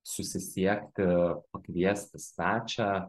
susisiekti pakviesti svečią